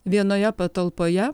vienoje patalpoje